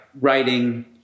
writing